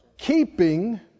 Keeping